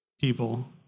people